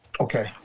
Okay